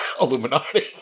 Illuminati